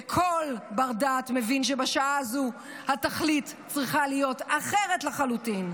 וכל בר דעת מבין שבשעה הזו התכלית צריכה להיות אחרת לחלוטין.